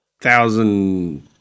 thousand